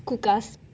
cook us